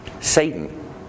Satan